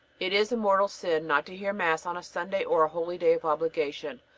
it is a mortal sin not to hear mass on a sunday or a holyday of obligation,